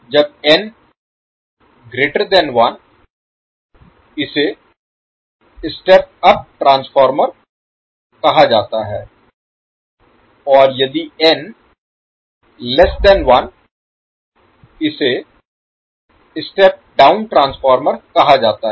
जब n 1 इसे step up transformer कहा जाता है और यदि n 1 इसे स्टेप डाउन ट्रांसफार्मर कहा जाता है